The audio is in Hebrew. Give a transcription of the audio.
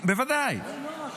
בוודאי.